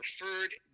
preferred